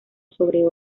sobre